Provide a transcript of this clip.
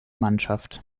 mannschaft